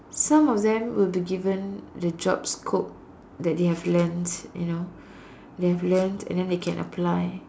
some of them will be given the job scope that they have learnt you know they have learnt and then they can apply